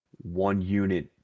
one-unit